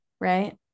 right